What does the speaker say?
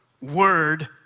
word